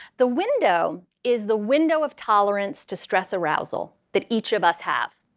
the window is the window of tolerance to stress arousal that each of us have.